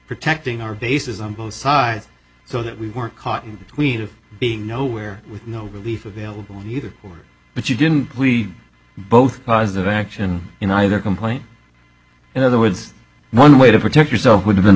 protecting our bases on both sides so that we weren't caught in between of being nowhere with no relief available either or but you didn't we both positive action in either complaint in other words one way to protect yourself would have been